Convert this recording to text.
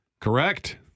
Correct